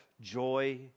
joy